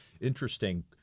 interesting